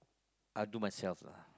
I will do myself lah